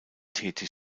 tätig